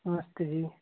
नमस्ते जी